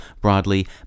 broadly